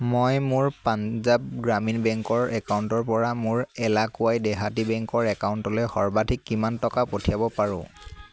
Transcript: মই মোৰ পাঞ্জাৱ গ্ৰামীণ বেংকৰ একাউণ্টৰপৰা মোৰ এলাকুৱাই দেহাতী বেংকৰ একাউণ্টলৈ সৰ্বাধিক কিমান টকা পঠিয়াব পাৰোঁ